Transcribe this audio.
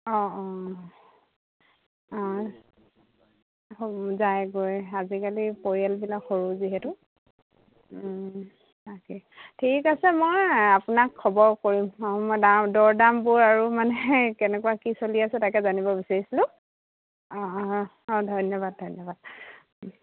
অঁ অঁ অঁ যায়গৈ আজিকালি পৰিয়ালবিলাক সৰু যিহেতু তাকে ঠিক আছে মই আপোনাক খবৰ কৰিম অঁ মই দৰ দামবোৰ আৰু মানে কেনেকুৱা কি চলি আছে তাকে জানিব বিচাৰিছিলোঁ অঁ অঁ অঁ ধন্যবাদ ধন্যবাদ